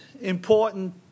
important